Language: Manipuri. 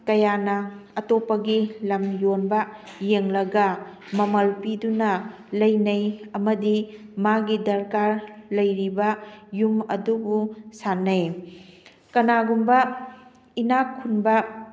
ꯀꯌꯥꯅ ꯑꯇꯣꯞꯄꯒꯤ ꯂꯝ ꯌꯣꯟꯕ ꯌꯦꯡꯂꯒ ꯃꯃꯜ ꯄꯤꯗꯨꯅ ꯂꯩꯅꯩ ꯑꯃꯗꯤ ꯃꯥꯒꯤ ꯗꯔꯀꯥꯔ ꯂꯩꯔꯤꯕ ꯌꯨꯝ ꯑꯗꯨꯕꯨ ꯁꯥꯅꯩ ꯀꯅꯥꯒꯨꯝꯕ ꯏꯅꯥ ꯈꯨꯟꯕ